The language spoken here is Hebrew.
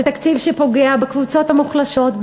זה תקציב שפוגע בקבוצות המוחלשות,